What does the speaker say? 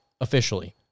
officially